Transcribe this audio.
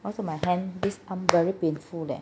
look at my hand this arm very painful leh